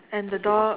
and the door